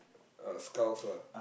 uh skulls lah